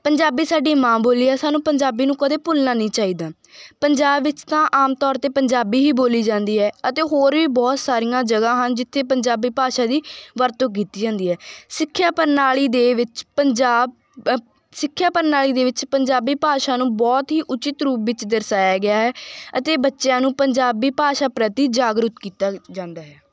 ਪੰਜਾਬੀ ਸਾਡੀ ਮਾਂ ਬੋਲੀ ਹੈ ਸਾਨੂੰ ਪੰਜਾਬੀ ਨੂੰ ਕਦੇ ਭੁੱਲਣਾ ਨਹੀਂ ਚਾਹੀਦਾ ਪੰਜਾਬ ਵਿੱਚ ਤਾਂ ਆਮ ਤੌਰ 'ਤੇ ਪੰਜਾਬੀ ਹੀ ਬੋਲੀ ਜਾਂਦੀ ਹੈ ਅਤੇ ਹੋਰ ਵੀ ਬਹੁਤ ਸਾਰੀਆਂ ਜਗ੍ਹਾ ਹਨ ਜਿੱਥੇ ਪੰਜਾਬੀ ਭਾਸ਼ਾ ਦੀ ਵਰਤੋਂ ਕੀਤੀ ਜਾਂਦੀ ਹੈ ਸਿੱਖਿਆ ਪ੍ਰਣਾਲੀ ਦੇ ਵਿੱਚ ਪੰਜਾਬ ਸਿੱਖਿਆ ਪ੍ਰਣਾਲੀ ਦੇ ਵਿੱਚ ਪੰਜਾਬੀ ਭਾਸ਼ਾ ਨੂੰ ਬਹੁਤ ਹੀ ਉੱਚਿਤ ਰੂਪ ਵਿੱਚ ਦਰਸਾਇਆ ਗਿਆ ਹੈ ਅਤੇ ਬੱਚਿਆਂ ਨੂੰ ਪੰਜਾਬੀ ਭਾਸ਼ਾ ਪ੍ਰਤੀ ਜਾਗਰੂਕ ਕੀਤਾ ਜਾਂਦਾ ਹੈ